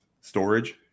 storage